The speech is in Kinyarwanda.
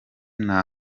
nta